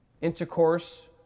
intercourse